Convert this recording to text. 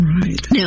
Right